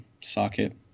socket